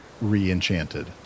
re-enchanted